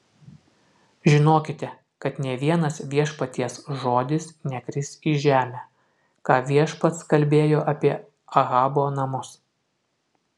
žinokite kad nė vienas viešpaties žodis nekris į žemę ką viešpats kalbėjo apie ahabo namus